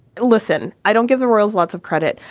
listen, i don't give the royals lots of credit,